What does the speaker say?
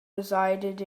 resided